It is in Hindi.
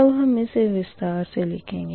अब हम इसे विस्तार से लिखेंगे